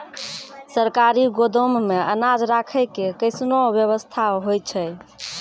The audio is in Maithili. सरकारी गोदाम मे अनाज राखै के कैसनौ वयवस्था होय छै?